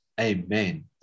Amen